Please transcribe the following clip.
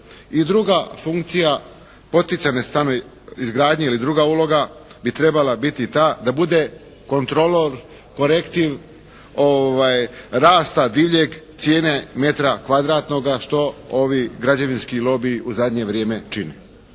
I druga funkcija poticajne izgradnje ili druga uloga bi trebala biti ta da bude kontrolor, korektiv rasta divljeg cijene metra kvadratnog što ovi građevinski lobiji u zadnje vrijeme čine.